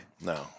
No